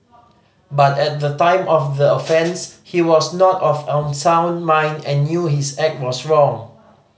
but at the time of the offence he was not of unsound mind and knew his act was wrong